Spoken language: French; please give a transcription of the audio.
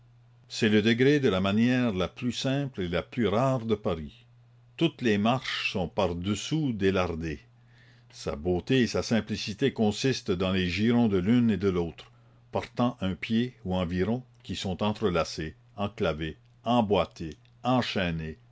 c'est le degré de la manière la plus simple et la plus rare de paris toutes les marches sont par-dessous délardées sa beauté et sa simplicité consistent dans les girons de l'une et de l'autre portant un pied ou environ qui sont entrelacés enclavés emboîtés enchaînés